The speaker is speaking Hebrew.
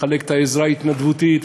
לחלק את העזרה ההתנדבותית,